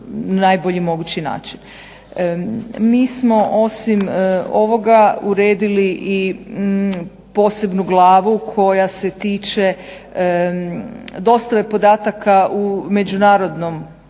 Mi smo osim ovoga uredili i posebnu glavu koja se tiče dostave podataka u međunarodnim